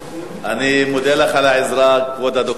אני מודה לך על העזרה, כבוד הדוקטור.